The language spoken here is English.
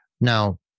Now